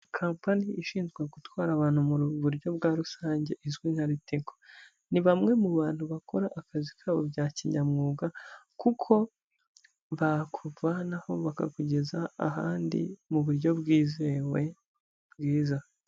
Kampani ishinzwe gutwara abantu mu buryo bwa rusange izwi nka RITCO; ni bamwe mu bantu bakora akazi kabo bya kinyamwuga, kuko bakuvana aho bakakugeza ahandi mu buryo bwizewe, bwiza.